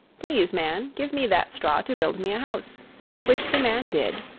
please, man, give me that straw to build me a house which the man did,